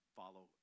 follow